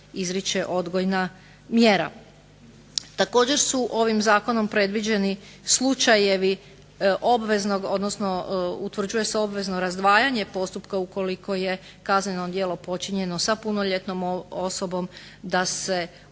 izriče odgojna mjera. Također su ovim Zakonom predviđeni slučajevi obveznog, odnosno utvrđuje se obvezno razdvajanje postupka ukoliko je kazneno djelo počinjeno sa punoljetnom osobom, da se